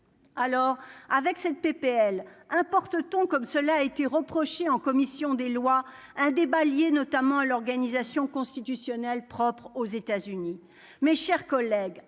alors avec cette PPL importe ton comme cela a été reproché en commission des lois, un débat lié notamment à l'organisation constitutionnelle propre aux États-Unis, mes chers collègues,